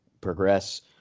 progress